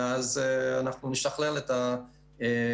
ואז אנחנו נשקלל את הפרוטוקול.